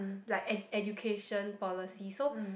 like ed~ education policies so